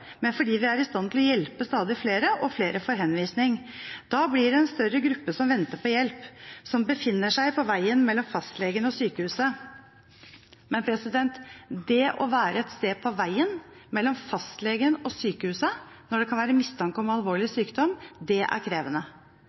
men fordi vi er i stand til å hjelpe stadig flere, og flere får henvisning. Da blir det en større gruppe som venter på hjelp – som befinner seg på veien mellom fastlegen og sykehuset.» Det å være et sted på veien mellom fastlegen og sykehuset når det kan være mistanke om alvorlig sykdom, er krevende. Pasienten selv og de nærmeste rundt er utrygge og redde. Det er